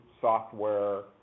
software